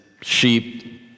sheep